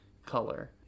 color